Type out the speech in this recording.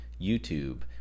YouTube